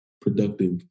productive